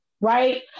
right